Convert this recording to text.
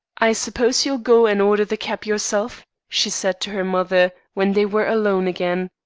i suppose you'll go and order the cab yourself she said to her mother, when they were alone again.